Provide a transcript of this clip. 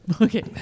Okay